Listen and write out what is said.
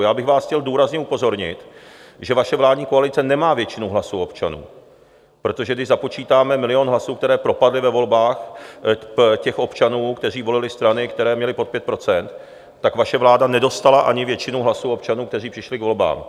Já bych vás chtěl důrazně upozornit, že vaše vládní koalice nemá většinu hlasů občanů, protože když započítáme milion hlasů, které propadly ve volbách těch občanů, kteří volili strany, které měly pod 5 %, tak vaše vláda nedostala ani většinu hlasů občanů, kteří přišli k volbám.